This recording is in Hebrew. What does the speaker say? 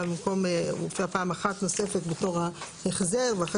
הוא הופיע פעם אחת נוספת בתור ההחזר ואחרי